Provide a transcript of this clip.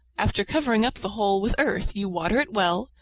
after covering up the hole with earth you water it well,